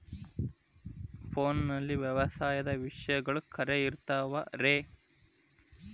ಫೋನಲ್ಲಿ ವ್ಯವಸಾಯದ ವಿಷಯಗಳು ಖರೇ ಇರತಾವ್ ರೇ?